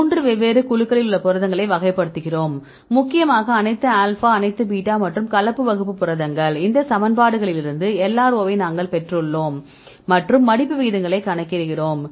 3 வெவ்வேறு குழுக்களில் உள்ள புரதங்களை வகைப்படுத்துகிறோம் முக்கியமாக அனைத்து ஆல்பா அனைத்து பீட்டா மற்றும் கலப்பு வகுப்பு புரதங்களும் இந்த சமன்பாடுகளிலிருந்து LRO வை நாங்கள் பெற்றுள்ளோம் மற்றும் மடிப்பு விகிதங்களை கணக்கிடுகிறோம்